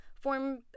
form